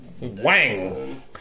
Wang